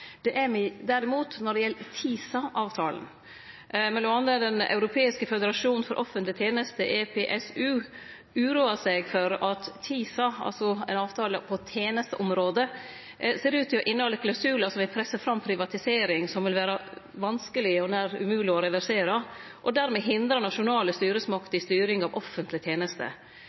Det har me derimot vore når det gjeld TISA-avtalen. Mellom andre den europeiske føderasjonen for offentleg tilsette, EPSU, uroar seg for at TISA, altså ein avtale på tenesteområdet, ser ut til å innehalde klausular som vil presse fram privatisering som vil vere vanskeleg og nær umogleg å reversere, og dermed hindre nasjonale styresmakter i styring av offentlege tenester.